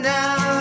now